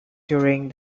during